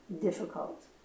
difficult